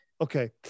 okay